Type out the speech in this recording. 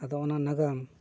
ᱟᱫᱚ ᱚᱱᱟ ᱱᱟᱜᱟᱢ